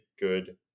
good